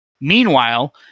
Meanwhile